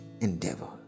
endeavor